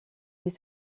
les